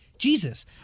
jesus